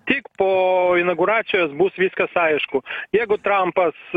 tik po inauguracijos bus viskas aišku jeigu trampas